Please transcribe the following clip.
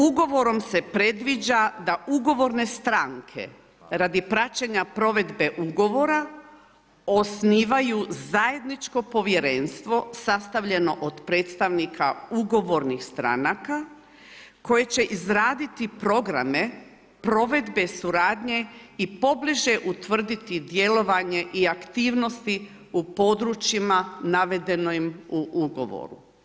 Ugovorom se predviđa da ugovorne stranke radi praćenja provedbe ugovora osnivaju zajedničko povjerenstvo sastavljeno od predstavnika ugovornih stranaka koji će izgraditi programe provedbe suradnje i pobliže utvrditi djelovanje i aktivnosti u područjima navedenim u ugovoru.